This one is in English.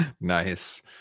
Nice